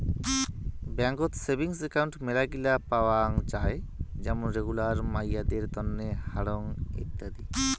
বেংকত savings account মেলাগিলা পাওয়াং যাই যেমন রেগুলার, মাইয়াদের তন্ন, হারং ইত্যাদি